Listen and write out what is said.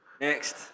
Next